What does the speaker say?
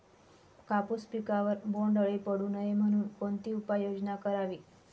कापूस पिकावर बोंडअळी पडू नये म्हणून कोणती उपाययोजना करावी?